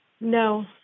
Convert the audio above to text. No